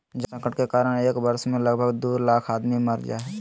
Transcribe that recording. जल संकट के कारण एक वर्ष मे लगभग दू लाख आदमी मर जा हय